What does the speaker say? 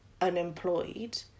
unemployed